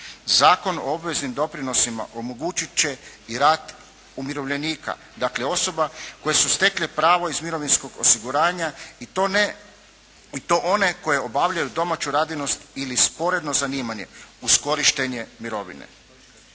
Zakon o obveznim doprinosima omogućit će i rad umirovljenika, dakle osoba koje su stekle pravo iz mirovinskog osiguranja i to one koje obavljaju domaću radinost ili sporedno zanimanje uz korištenje mirovine.